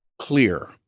clear